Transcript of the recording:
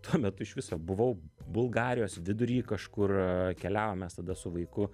tuo metu iš viso buvau bulgarijos vidury kažkur keliavom mes tada su vaiku